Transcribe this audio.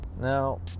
Now